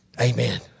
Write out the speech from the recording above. Amen